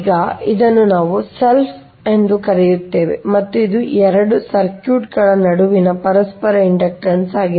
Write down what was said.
ಈಗ ಇದನ್ನು ನಾವು selfಸೆಲ್ಫ್ ಎಂದು ಕರೆಯುತ್ತೇವೆ ಮತ್ತು ಇದು 2 ಸರ್ಕ್ಯೂಟ್ ಗಳ ನಡುವಿನ ಪರಸ್ಪರ ಇಂಡಕ್ಟನ್ಸ್ ಆಗಿದೆ